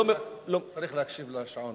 צריך להקשיב גם לשעון.